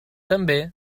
també